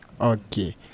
Okay